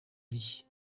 lit